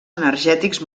energètics